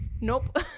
Nope